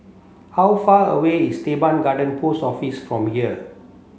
how far away is Teban Garden Post Office from here